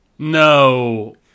No